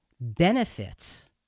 benefits